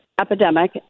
epidemic